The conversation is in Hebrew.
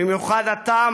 במיוחד אתה,